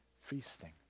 feasting